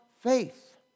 faith